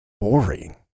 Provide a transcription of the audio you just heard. boring